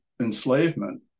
enslavement